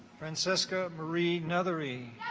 francisca marine every